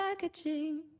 packaging